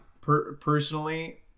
personally